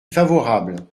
favorable